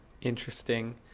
interesting